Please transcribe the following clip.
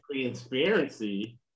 transparency